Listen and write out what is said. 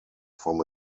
from